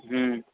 हम्म